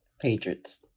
Patriots